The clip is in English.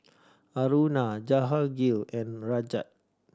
Aruna Jahangir and Rajat